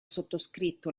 sottoscritto